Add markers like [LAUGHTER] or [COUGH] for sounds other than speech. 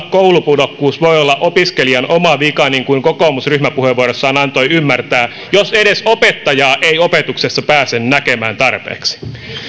[UNINTELLIGIBLE] koulupudokkuus voi olla opiskelijan oma vika niin kuin kokoomus ryhmäpuheenvuorossaan antoi ymmärtää jos edes opettajaa ei opetuksessa pääse näkemään tarpeeksi